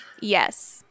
Yes